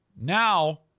Now